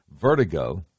vertigo